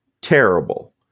terrible